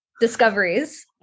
discoveries